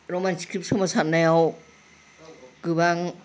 रमान script सोमावसारनायाव गोबां